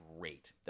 great